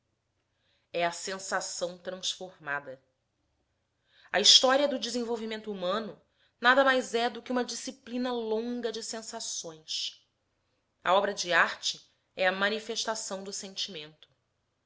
é a sensação transformada a história do desenvolvimento humano nada mais é do que uma disciplina longa de sensações a obra de arte é a manifestação do sentimento